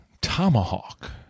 Tomahawk